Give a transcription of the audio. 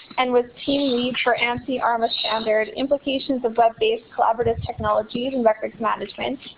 and was team lead for ansi arma's standard, implications of web-based, collaborative technologies and records management.